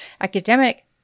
academic